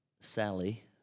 Sally